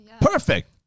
Perfect